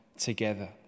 together